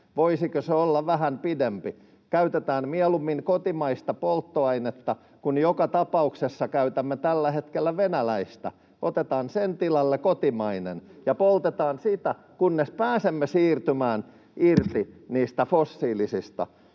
Voisiko se olla vähän pidempi? Käytetään mieluummin kotimaista polttoainetta, kun joka tapauksessa käytämme tällä hetkellä venäläistä. Otetaan sen tilalle kotimainen ja poltetaan sitä, kunnes pääsemme siirtymään irti niistä fossiilisista.